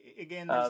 Again